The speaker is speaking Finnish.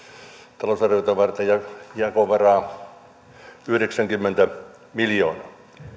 lisätalousarviota varten jakovaraa yhdeksänkymmentä miljoonaa